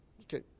Okay